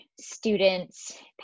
students